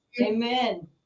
Amen